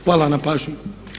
Hvala na pažnji.